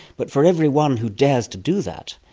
but for every one who dares to do that,